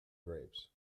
grapes